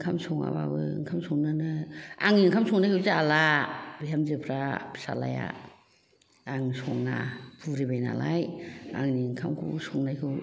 ओंखाम सङाबाबो ओंखाम संनोनो आंनि ओंखाम संनायखौ जाला बिहामजोफ्रा फिसाज्लाया आं सङा बुरिबाय नालाय आंनि ओंखामखौ संनायखौ